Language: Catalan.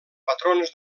patrons